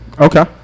Okay